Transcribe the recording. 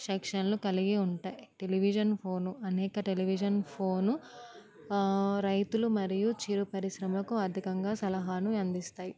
సెక్షన్లు కలిగి ఉంటాయి టెలివిజన్ ఫోను అనేక టెలివిజన్ ఫోను రైతులు మరియు చిరు పరిశ్రమలకు ఆర్థికంగా సలహాలును అందిస్తాయి